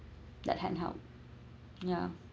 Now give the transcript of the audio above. that can help ya